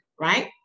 right